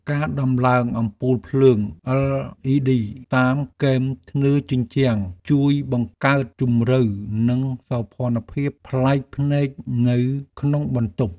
ការដំឡើងអំពូលភ្លើង LED តាមគែមធ្នើរជញ្ជាំងជួយបង្កើតជម្រៅនិងសោភ័ណភាពប្លែកភ្នែកនៅក្នុងបន្ទប់។